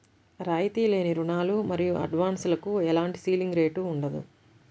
రాయితీ లేని రుణాలు మరియు అడ్వాన్సులకు ఎలాంటి సీలింగ్ రేటు ఉండదు